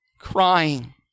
crying